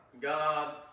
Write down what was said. God